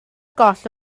goll